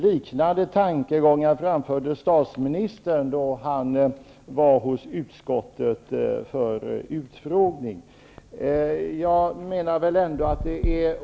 Liknande tankegångar framförde statsministern då han var hos utskottet för utfrågning.